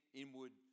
inward